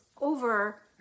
over